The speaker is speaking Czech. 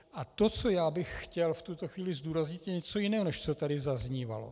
A to, co já bych chtěl v tuto chvíli zdůraznit, je něco jiného, než co tady zaznívalo.